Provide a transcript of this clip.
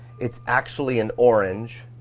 it's actually an orange,